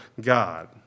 God